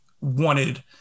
wanted